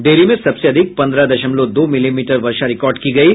डिहरी में सबसे अधिक पंद्रह दशमलव दो मिलीमीटर वर्षा रिकार्ड की गयी